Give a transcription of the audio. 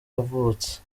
yavutse